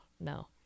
no